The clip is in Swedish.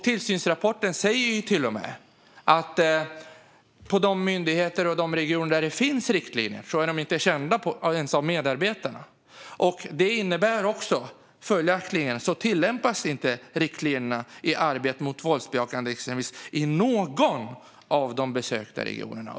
Tillsynsrapporten säger till och med att på de myndigheter och i de regioner där det finns riktlinjer är de inte kända ens av medarbetarna. Det innebär följaktligen att riktlinjerna för arbetet mot våldsbejakande extremism inte tillämpas i någon av de besökta regionerna.